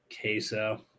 Queso